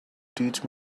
teach